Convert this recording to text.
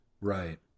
Right